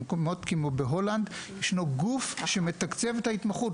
במקומות כמו בהולנד, ישנו גוף שמתקצב את ההתמחות.